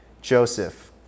Joseph